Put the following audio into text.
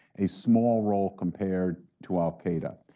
a small role compared to al-qaeda.